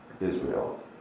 Israel